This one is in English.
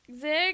zig